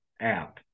app